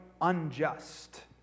unjust